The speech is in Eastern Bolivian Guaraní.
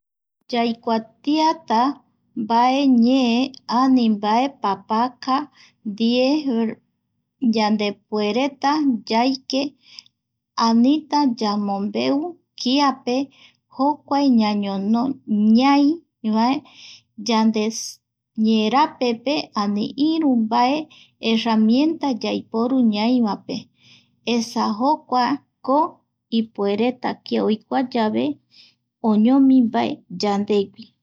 Yaikuatiata mbae ñee, ani mbae papaka ndie yandepuereta yaike, anita yamombeu kiape jokua ñañono ñai vae yande ñeerapepe ani iru vae herramienta yaiporu ñaivape esa jokuako kia oikua yave oñomi mbae yandegui